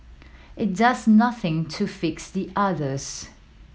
it does nothing to fix the others